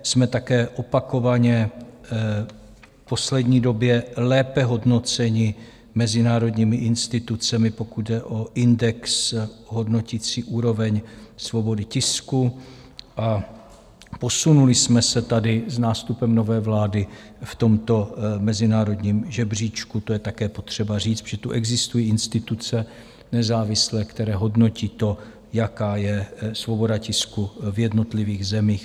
Jsme také opakovaně v poslední době lépe hodnoceni mezinárodními institucemi, pokud jde o index hodnotící úroveň svobody tisku, a posunuli jsme se tady s nástupem nové vlády v tomto mezinárodním žebříčku, to je také potřeba říct, protože tu existují instituce nezávislé, které hodnotí to, jaká je svoboda tisku v jednotlivých zemích.